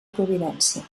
providència